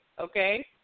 okay